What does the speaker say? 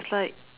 it's like